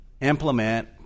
implement